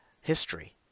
history